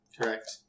correct